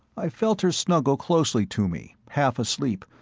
i felt her snuggle closely to me, half asleep,